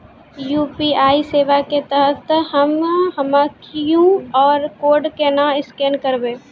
UPI सेवा के तहत हम्मय क्यू.आर कोड केना स्कैन करबै?